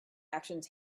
actions